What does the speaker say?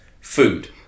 food